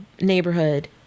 neighborhood